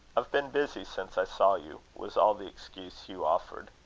i've been busy since i saw you, was all the excuse hugh offered.